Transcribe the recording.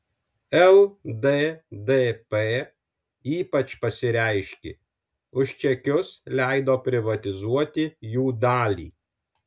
lddp ypač pasireiškė už čekius leido privatizuoti jų dalį